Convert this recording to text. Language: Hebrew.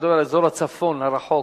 אני מדבר על אזור הצפון הרחוק,